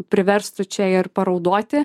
priverstų čia ir paraudoti